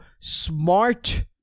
smart